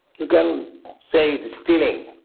you can say it is stealing.